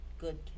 good